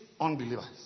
unbelievers